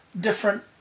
different